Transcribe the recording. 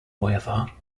weather